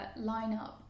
lineup